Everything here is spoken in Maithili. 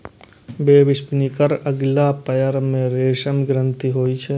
वेबस्पिनरक अगिला पयर मे रेशम ग्रंथि होइ छै